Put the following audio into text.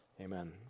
Amen